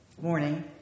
morning